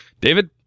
David